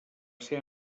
ser